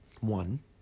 One